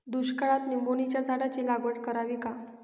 दुष्काळात निंबोणीच्या झाडाची लागवड करावी का?